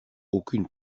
aucune